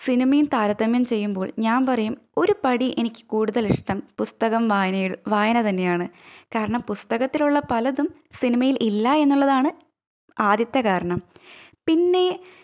സിനിമയും താരതമ്യം ചെയ്യുമ്പോള് ഞാന് പറയും ഒരുപടി എനിക്ക് കൂടുതല് ഇഷ്ടം പുസ്തകം വായനയില് വായന തന്നെയാണ് കാരണം പുസ്തകത്തിലുള്ള പലതും സിനിമയില് ഇല്ല എന്നുള്ളതാണ് ആദ്യത്തെ കാരണം പിന്നെ